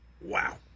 Wow